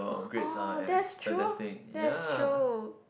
oh that's true that's true